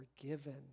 forgiven